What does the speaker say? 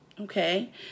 Okay